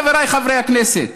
חבריי חברי הכנסת: